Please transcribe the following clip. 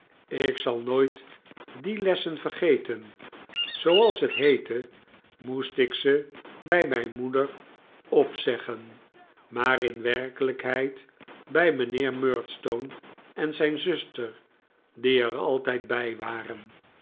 ik zal nooit die lessen vergeten zooals het heette moest ik ze bij mijn moeder opzeggen maar in werkelijkheid bij mijnheer murdstone en zijn zuster die er altijd bij waren